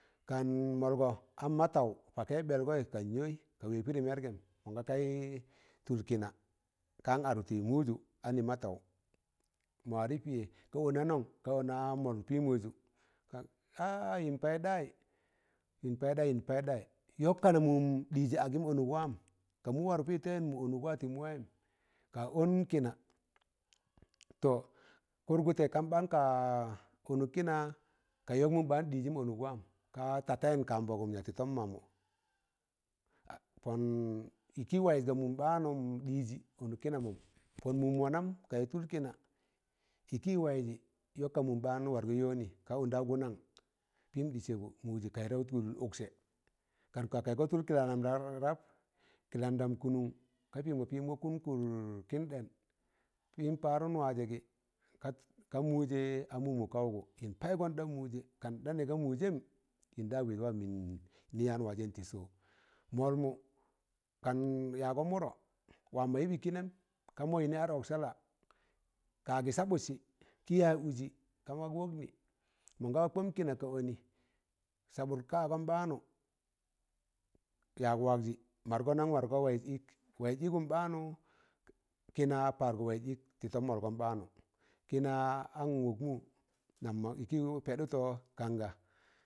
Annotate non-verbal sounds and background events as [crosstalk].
Kan mọlgọ an ma taụ pakaị ɓẹlgọị kan yọị ka wẹg pịrị mẹrgẹm maga kaị tụl kịna kan arụ tị mụjụ anị ma taụ mọ warẹ piye ka ọna nọn ka ọna mọl pịmọ jụ ka aa!!! yịn paịɗayị yịnpaịdayị yọk ka nam mụm ɗịzị agịm ọnụk wam, ka mụ wụrụk pịrị tayịm mụ ọnụk wa tị mụ wayịm, kak ọn kịna tọ kurgụtẹ kan ɓaan ka ọnụk kịna ka yọk mụm ɓaan ɗiizin ọnụk wam, ka ta tayịn kan mbọgụm ya tị tọm mamụ pọn ịkị waịz, ga mụm ɓaan nụm ɗịzị ọnụk kịna, mụn pọn mụm wannam kayụd tụl kịna ịkị waịzị yọk ka mụm ɓaan wargọ yọnị ka ondaugụ nan pin ɗị sẹbụ mụjẹ kaị ɗam tụl ụksẹ kan ka targọ tụl kịlandam [hesitation] rap, kịlandam kụnụm, ka pịmọ pịm wọkọn kụd kịn ɗẹn pịm paarụm wajẹ, gị ka mụjẹ amụm wọkaụkụ yịn paigọn ɗa mụjẹ kanɗa nẹ ga mụjẹm yịn ɗa wẹz wam yịnị ya wajẹn tị sọ? mọlmụ kan yago mụrọ wam mọ yịp ịkị nẹm, ka mọ yịnị ari ọk sẹla? ka agị sabụtsị kị yaz ụzị ka mak wọk nị, mọnga kọm kịna ka ọnị saɓur ka agụm ɓaanụ yag walgị madgọ nam margọ waịz ịk waiz ịgụm ɓaanụ kịna paargọ waịz ịk tị toṃ mọlgọm ɓaanụ kịna an wọk mụ, nam ịkị pẹɗụtọ kanga